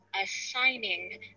assigning